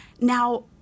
Now